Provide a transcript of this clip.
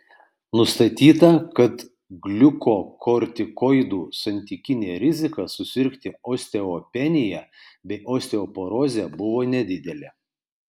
nustatyta kad gliukokortikoidų santykinė rizika susirgti osteopenija bei osteoporoze buvo nedidelė